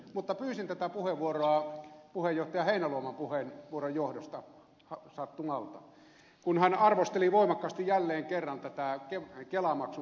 mutta pyysin tätä puheenvuoroa puheenjohtaja heinäluoman puheenvuoron johdosta sattumalta kun hän arvosteli voimakkaasti jälleen kerran tätä kelamaksun poistoa